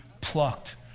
plucked